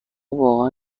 واقعا